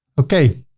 okay.